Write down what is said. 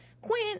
Quinn